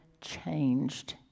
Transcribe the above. changed